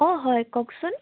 অঁ হয় কওকচোন